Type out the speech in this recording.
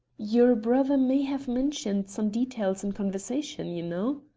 your brother may have mentioned some details in conversation, you know.